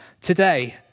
Today